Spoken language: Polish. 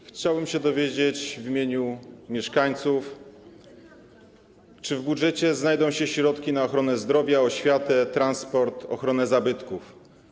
Chciałem się dowiedzieć, zapytać w imieniu mieszkańców, czy w budżecie znajdą się środki na ochronę zdrowia, oświatę, transport, ochronę zabytków.